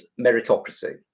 meritocracy